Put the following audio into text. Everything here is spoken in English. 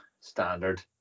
standard